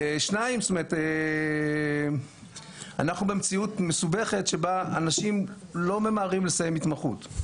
שנית אנחנו במציאות מסובכת שבה אנשים לא ממהרים לסיים התמחות,